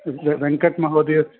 वेङ्कट्महोदयस्य